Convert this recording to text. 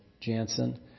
Jansen